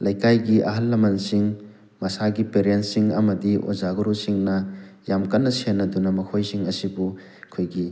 ꯂꯩꯀꯥꯏꯒꯤ ꯑꯍꯜ ꯂꯃꯜꯁꯤꯡ ꯃꯁꯥꯒꯤ ꯄꯦꯔꯦꯟꯁꯤꯡ ꯑꯃꯗꯤ ꯑꯣꯖꯥ ꯒꯨꯔꯨꯁꯤꯡꯅ ꯌꯥꯝ ꯀꯟꯅ ꯁꯦꯟꯅꯗꯨꯅ ꯃꯈꯣꯏꯁꯤꯡ ꯑꯁꯤꯕꯨ ꯑꯩꯈꯣꯏꯒꯤ